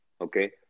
okay